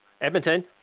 Edmonton